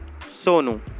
Sonu